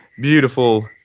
beautiful